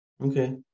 Okay